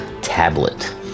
tablet